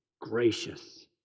gracious